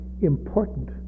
important